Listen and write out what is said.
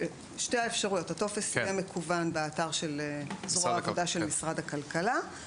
שתי אפשרויות: הטופס יהיה מקוון באתר של זרוע העבודה של משרד הכלכלה,